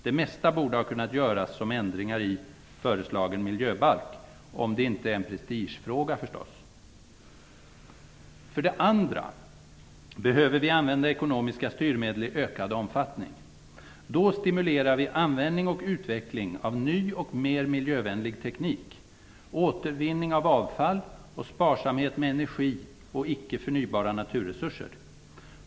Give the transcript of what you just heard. Det mesta borde ha kunnat göras som ändringar i föreslagen miljöbalk, om det inte är en prestigefråga, förstås. För det andra behöver vi använda ekonomiska styrmedel i ökad omfattning. Då stimulerar vi användning och utveckling av ny och mer miljövänlig teknik, återvinning av avfall och sparsamhet med energi och icke förnybara naturresurser.